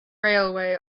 railway